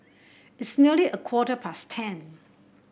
its nearly a quarter past ten